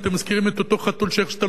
אתם מזכירים את אותו חתול שאיך שאתה